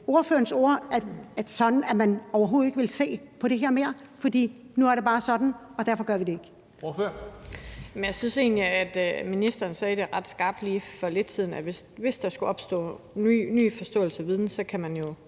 ordførerens ord sådan, at man overhovedet ikke vil se mere på det her, fordi det nu bare er sådan, så derfor gør vi det ikke?